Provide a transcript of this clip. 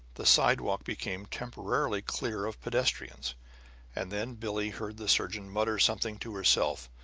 the sidewalk became temporarily clear of pedestrians and then billie heard the surgeon mutter something to herself,